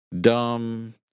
dumb